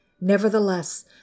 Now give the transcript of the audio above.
Nevertheless